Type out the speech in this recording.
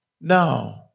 No